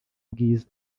bwiza